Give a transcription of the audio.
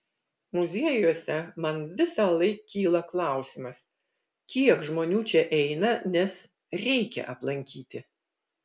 muziejuose man visąlaik kyla klausimas kiek žmonių čia eina nes reikia aplankyti